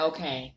Okay